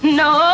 no